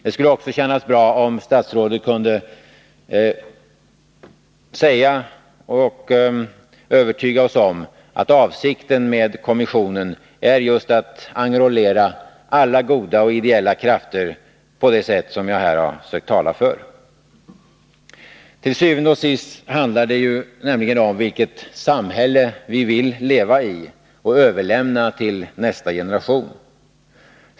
Det skulle också kännas bra, om statsrådet kunde övertyga oss om att avsikten med kommissionen är just att enrollera alla goda och ideella krafter på det sätt jag här sökt tala för. Til syvende og sidst handlar det ju om vilket samhälle vi vill leva i och överlämna till nästa generation.